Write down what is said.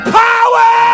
power